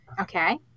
Okay